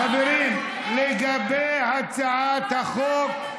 חברים, לגבי הצעת החוק,